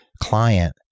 client